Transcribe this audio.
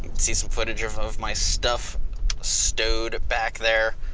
see some footage of of my stuff stowed back there.